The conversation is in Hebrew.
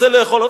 רוצה לאכול,